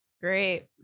Great